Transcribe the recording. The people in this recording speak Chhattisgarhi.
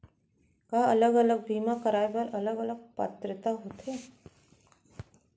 का अलग अलग बीमा कराय बर अलग अलग पात्रता होथे?